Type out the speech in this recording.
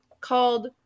called